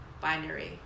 binary